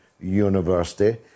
University